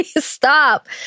stop